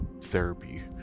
therapy